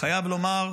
אני חייב לומר,